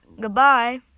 Goodbye